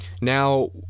Now